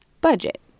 budget